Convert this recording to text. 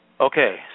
Okay